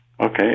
Okay